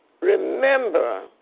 Remember